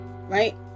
Right